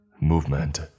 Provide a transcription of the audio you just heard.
Movement